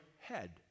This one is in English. head